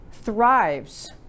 thrives